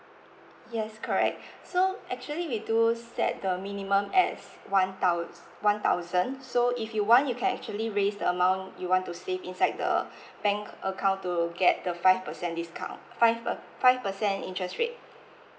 yes correct so actually we do set the minimum as one thou~ one thousand so if you want you can actually raised the amount you want to save inside the bank account to get the five percent discount five per five percent interest rate